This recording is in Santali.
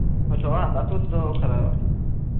ᱦᱳᱭ ᱛᱚ ᱚᱲᱟᱜ ᱫᱚ ᱟᱛᱳ ᱫᱚ ᱚᱠᱟᱨᱮ